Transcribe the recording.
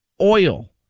oil